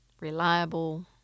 reliable